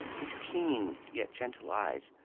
his keen, yet gentle eyes.